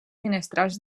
finestrals